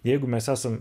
jeigu mes esam